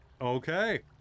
Okay